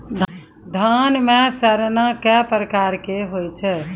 धान म सड़ना कै प्रकार के होय छै?